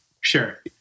Sure